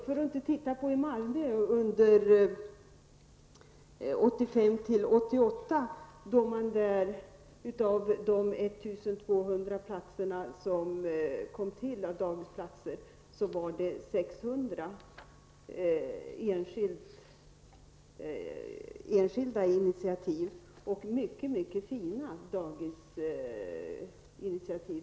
I Malmö under 1985--1988 var av 1 200 nytillkomna dagisplatser 600 tillkomna på mycket fina enskilda initiativ.